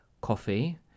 coffee